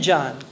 John